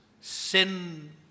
sin